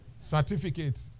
Certificate